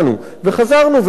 וחזרנו והצענו,